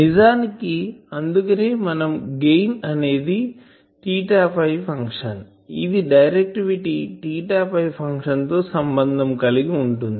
నిజానికి అందుకనే మనం గెయిన్ అనేది ఫంక్షన్ ఇది డైరెక్టివిటీ ఫంక్షన్ తో సంబంధం కలిగి ఉంటుంది